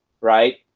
right